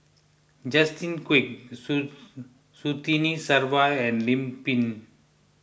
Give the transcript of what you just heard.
Justin Quek Surtini Sarwan and Lim Pin